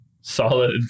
solid